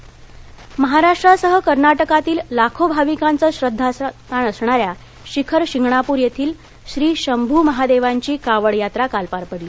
कावड यात्रा सातारा महाराष्ट्रासह कर्नाटकातील लाखो भाविकांचं श्रध्दास्थान असणाऱ्या शिखर शिंगणापूर येथील श्री शंभू महादेवाची कावड यात्रा काल पार पडली